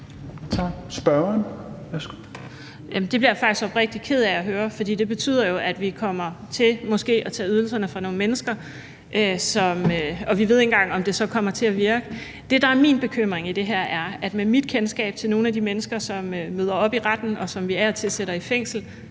bliver jeg faktisk oprigtig ked af at høre, for det betyder jo, at vi kommer til måske at tage ydelserne fra nogle mennesker, og at vi ikke engang ved, om det så kommer til at virke. Det, der er min bekymring i det her, er, med mit kendskab til nogle af de mennesker, som ikke møder op i retten, og som vi af og til sætter i fængsel,